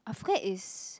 I forget is